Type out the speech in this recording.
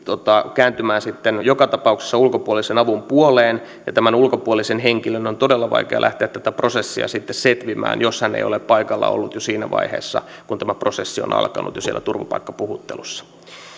kääntymään sitten joka tapauksessa ulkopuolisen avun puoleen ja tämän ulkopuolisen henkilön on todella vaikea lähteä tätä prosessia sitten setvimään jos hän ei ole paikalla ollut jo siinä vaiheessa kun tämä prosessi on alkanut siellä turvapaikkapuhuttelussa